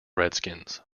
redskins